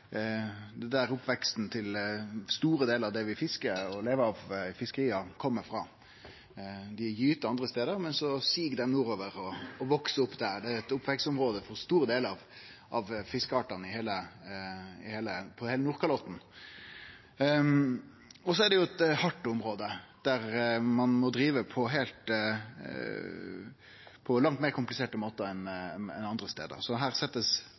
store delar av det vi fiskar og lever av i fiskeria, kjem frå. Fiskane gyter andre stader, men så sig dei nordover og veks opp der. Det er eit oppvekstområde for store delar av fiskeartane på heile Nordkalotten. Dette er også eit hardt område, der ein må drive på langt meir kompliserte måtar enn andre stader. Så her